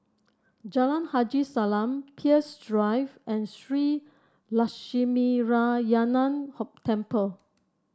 Jalan Haji Salam Peirce Drive and Shree Lakshminarayanan Temple